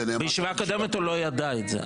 בישיבה הקודמת הוא לא ידע את זה,